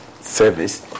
service